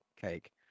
cake